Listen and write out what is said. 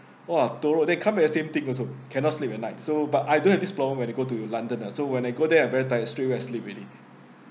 !wah! teruk they come at the same thing also cannot sleep at night so but I don't have this problem when it go to london uh so when I go there I very tired straight away I sleep already